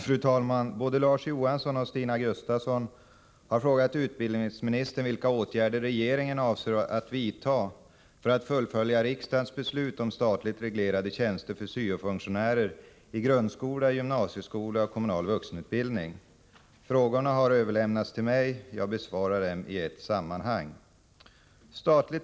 Fru talman! Larz Johansson och Stina Gustavsson har frågat utbildningsministern vilka åtgärder regeringen avser att vidta för att fullfölja riksdagens beslut om statligt reglerade tjänster för syo-funktionärer i grundskola, gymnasieskola och kommunal vuxenutbildning. Frågorna har överlämnats till mig. Jag besvarar dem i ett sammanhang.